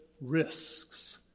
Risks